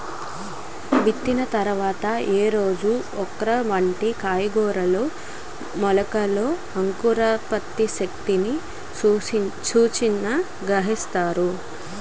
విత్తిన తర్వాత ఏ రోజున ఓక్రా వంటి కూరగాయల మొలకలలో అంకురోత్పత్తి శక్తి సూచికను గణిస్తారు?